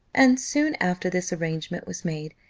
and soon after this arrangement was made,